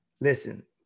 Listen